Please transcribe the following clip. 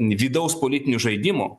vidaus politinių žaidimų